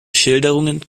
schilderungen